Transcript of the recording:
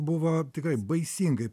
buvo tikrai baisingai